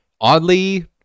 oddly